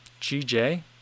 GJ